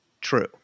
true